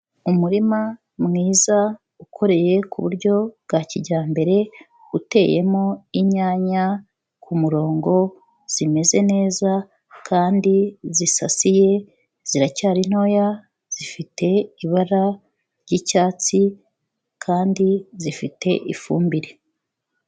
Umurima mwiza, ukoreye kuburyo bwa kijyambere, uteyemo inyanya ku murongo zimeze neza kandi zisasiye, ziracyari ntoya, zifite ibara ry'icyatsi kandi zifite ifumbire.